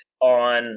on